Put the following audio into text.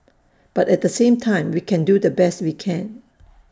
but at the same time we can do the best we can